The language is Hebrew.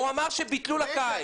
הוא אמר שביטלו את המסעות בקיץ.